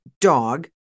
dog